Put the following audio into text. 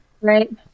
Right